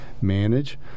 manage